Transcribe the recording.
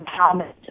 empowerment